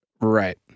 Right